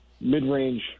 mid-range